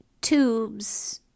tubes